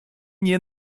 nie